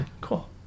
Cool